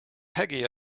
peggy